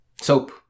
Soap